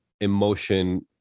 emotion